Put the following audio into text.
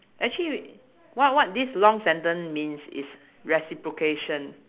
actually w~ what what this long sentence means is reciprocation